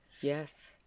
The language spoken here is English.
Yes